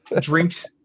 drinks